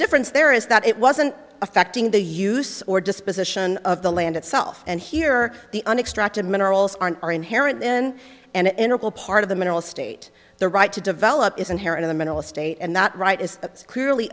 difference there is that it wasn't affecting the use or disposition of the land itself and here the un extract and minerals aren't are inherent in an interval part of the mineral state the right to develop is inherent in the mental state and that right is clearly